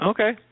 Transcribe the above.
Okay